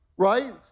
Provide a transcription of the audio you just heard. right